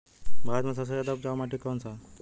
भारत मे सबसे ज्यादा उपजाऊ माटी कउन सा ह?